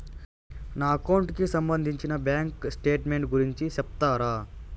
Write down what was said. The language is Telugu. నా అకౌంట్ కి సంబంధించి బ్యాంకు స్టేట్మెంట్ గురించి సెప్తారా